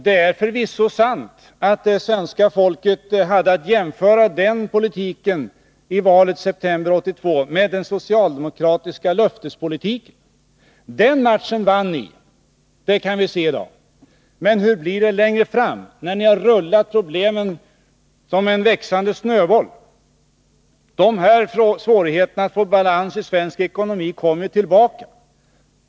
Det är förvisso sant att svenska folket i valet i september 1982 hade att jämföra den politiken med den socialdemokratiska löftespolitiken. Den matchen vann ni — det kan vi se i dag. Men hur blir det längre fram, när ni har rullat problemen framför er som en växande snöboll? Svårigheterna att få balans i svensk ekonomi blir genom tempoförlusten bara större.